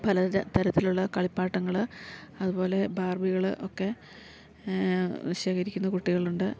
പല തരത്തിലുള്ള കളിപ്പാട്ടങ്ങള് അത്പോലെ ബാർബികള് ഒക്കെ ശേഖരിക്കുന്ന കുട്ടികളുണ്ട്